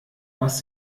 was